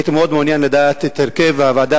הייתי מאוד מעוניין לדעת את הרכב הוועדה